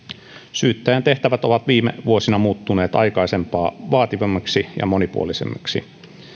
syyttäjän tehtävät ovat viime vuosina muuttuneet aikaisempaa vaativammiksi ja monipuolisemmiksi